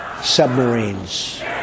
submarines